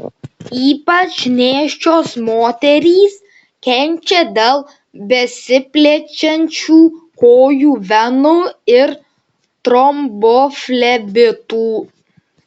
ypač nėščios moterys kenčia dėl besiplečiančių kojų venų ir tromboflebitų